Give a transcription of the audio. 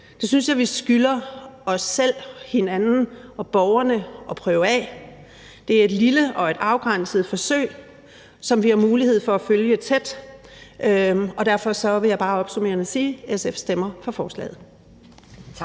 Det synes jeg vi skylder os selv, hinanden og borgerne at prøve af. Det er et lille og afgrænset forsøg, som vi har mulighed for at følge tæt. Derfor vil jeg bare opsummerende sige, at SF stemmer for forslaget.